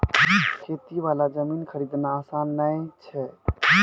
खेती वाला जमीन खरीदना आसान नय छै